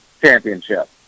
championship